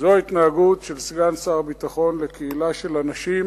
זאת התנהגות של סגן שר הביטחון לקהילה של אנשים